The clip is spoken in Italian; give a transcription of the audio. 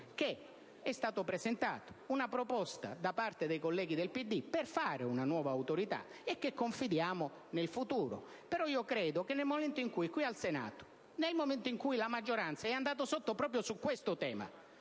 che è stata presentata una proposta da parte dei colleghi del Gruppo del PD per fare una nuova Autorità e confidiamo nel futuro; ma credo che, dal momento in cui qui al Senato la maggioranza è andata sotto proprio su questo tema,